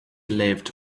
lived